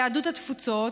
יהדות התפוצות,